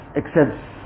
accepts